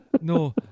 No